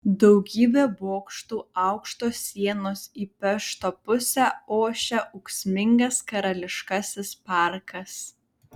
daugybė bokštų aukštos sienos į pešto pusę ošia ūksmingas karališkasis parkas